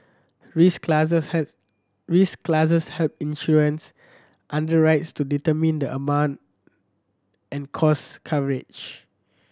risk classes has risk classes help insurance underwriters to determine the amount and cost coverage